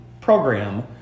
program